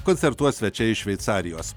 koncertuos svečiai iš šveicarijos